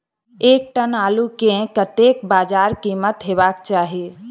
एक टन आलु केँ कतेक बजार कीमत हेबाक चाहि?